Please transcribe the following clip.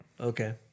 Okay